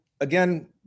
again